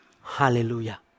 Hallelujah